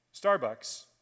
Starbucks